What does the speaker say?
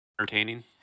entertaining